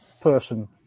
person